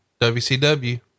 WCW